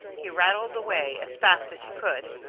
he rattled away as fast as he could,